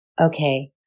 Okay